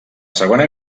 segona